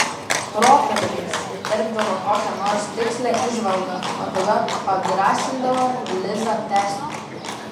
protarpiais įterpdavo kokią nors tikslią įžvalgą o tada padrąsindavo lizą tęsti